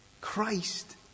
Christ